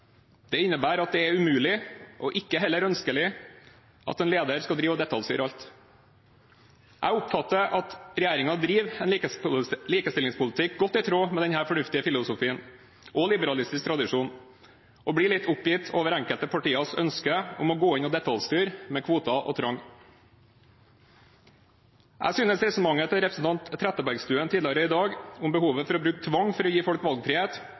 Det innebærer at det er umulig, og heller ikke ønskelig, at en leder skal drive med detaljstyring av alt. Jeg oppfatter at regjeringen driver en likestillingspolitikk godt i tråd med denne fornuftige filosofien – og liberalistisk tradisjon – og jeg blir litt oppgitt over enkelte partiers ønske om å gå inn og detaljstyre, med kvoter og tvang. Jeg synes resonnementet til representanten Trettebergstuen tidligere i dag om behovet for å bruke tvang for å gi folk valgfrihet,